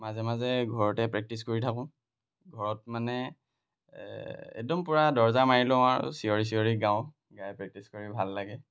মাজে মাজে ঘৰতে প্ৰেক্টিছ কৰি থাকোঁ ঘৰত মানে একদম পূৰা দৰ্জা মাৰি লওঁ আৰু চিঞৰি চিঞৰি গাওঁ গাই প্ৰেক্টিছ কৰি ভাল লাগে